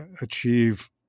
achieve